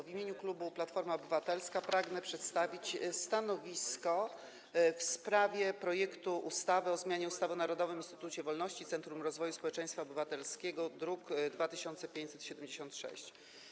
W imieniu klubu Platforma Obywatelska pragnę przedstawić stanowisko w sprawie projektu ustawy o zmianie ustawy o Narodowym Instytucie Wolności - Centrum Rozwoju Społeczeństwa Obywatelskiego, druk nr 2576.